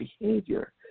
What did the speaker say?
behavior